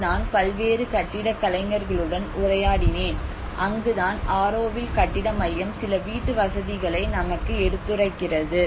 அங்கு நான் பல்வேறு கட்டடக் கலைஞர்களுடன் உரையாடினேன் அங்குதான் ஆரோவில் கட்டிட மையம் சில வீட்டு வசதிகளை நமக்கு எடுத்துரைக்கிறது